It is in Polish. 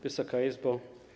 Wysoka Izbo!